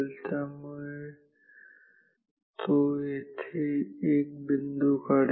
त्यामुळे तो येथे एक बिंदू काढेल